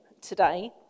today